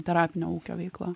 terapinio ūkio veikla